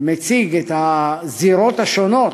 מציג את הזירות השונות